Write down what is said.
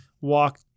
walk